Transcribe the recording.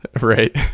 Right